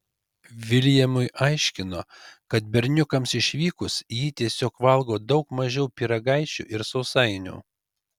viljamui aiškino kad berniukams išvykus ji tiesiog valgo daug mažiau pyragaičių ir sausainių